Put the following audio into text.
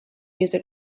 user